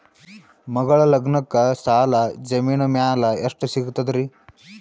ಮಗಳ ಲಗ್ನಕ್ಕ ಸಾಲ ಜಮೀನ ಮ್ಯಾಲ ಎಷ್ಟ ಸಿಗ್ತದ್ರಿ?